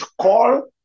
call